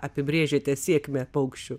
apibrėžiate sėkmę paukščių